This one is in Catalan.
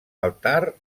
altar